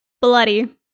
bloody